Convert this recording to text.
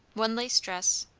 one lace dress.